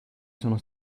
sono